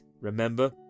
remember